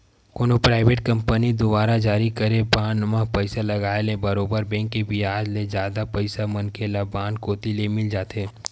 कोनो private company दुवारा जारी करे बांड म पइसा लगाय ले बरोबर बेंक के बियाज ले जादा पइसा मनखे ल बांड कोती ले मिल जाथे